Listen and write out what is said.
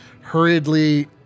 hurriedly